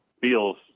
feels